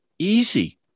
Easy